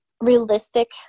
realistic